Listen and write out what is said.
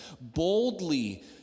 boldly